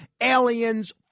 aliens